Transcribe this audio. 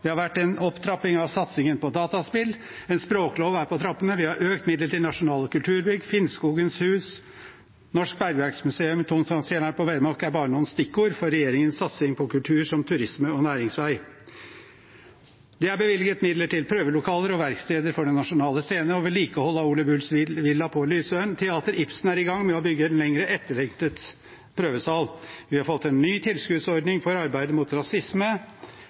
Det har vært en opptrapping av satsingen på dataspill, en språklov er på trappene, vi har økt midler til Nasjonale kulturbygg. Finnskogens hus, Norsk Bergverksmuseum og tungtvannskjelleren på Vemork er bare noen stikkord for regjeringens satsing på kultur som turisme og næringsvei. Det er bevilget midler til prøvelokaler og verksteder for Den Nationale Scene og til vedlikehold av Ole Bulls villa på Lysøen, og Teater Ibsen er i gang med å bygge en lenge etterlengtet prøvesal. Vi har fått en ny tilskuddsordning for arbeidet mot rasisme,